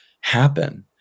happen